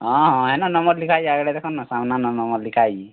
ହଁ ହଁ ହେନ ନମ୍ବର୍ ଲିଖାହେଇଛେ ଆଗ୍ ଆଡ଼େ ଦେଖ ନ ସାମ୍ନାନେ ନମ୍ବର୍ ଲିଖାହେଇଛେ